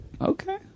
okay